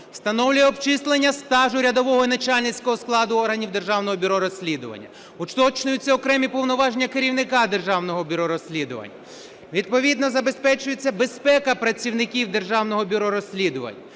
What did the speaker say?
встановлює обчислення стажу рядового і начальницького складу органів Державного бюро розслідування, уточнюються окремі повноваження керівника Державного бюро розслідувань, відповідно забезпечується безпека працівників Державного бюро розслідувань,